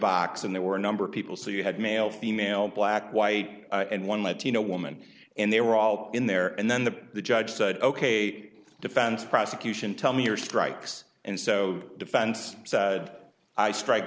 box and there were a number of people so you had male female black white and one latino woman and they were all in there and then the judge said ok defense prosecution tell me your strikes and so defense sad i strike